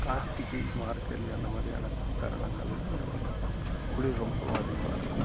கார்த்திகை மார்கழி அந்த மாதிரியான தருணங்களில் குளிர் ரொம்ப அதிகமாக இருக்கும்